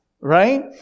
right